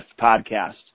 podcast